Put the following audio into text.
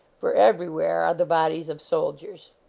for everywhere are the bodies of soldiers.